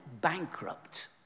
bankrupt